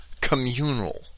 communal